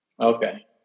Okay